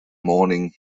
morning